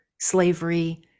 slavery